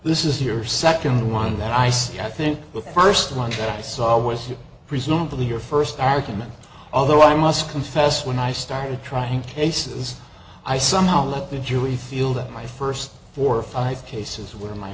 this is your second one that i see i think the first one i saw was you presumably your first album and although i must confess when i started trying cases i somehow like the jui feel that my first four or five cases were my